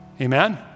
Amen